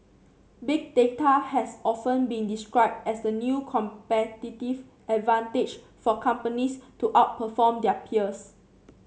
Big Data has often been described as the new competitive advantage for companies to outperform their peers